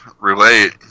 relate